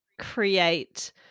create